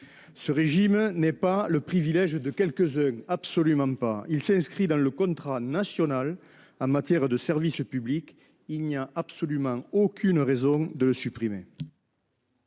Ce régime n'est pas le privilège de quelques-uns ; il s'inscrit dans le contrat national en matière de service public. Il n'y a donc absolument aucune raison de le supprimer.